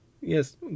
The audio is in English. yes